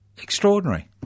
Extraordinary